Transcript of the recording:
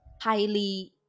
highly